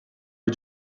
you